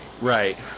Right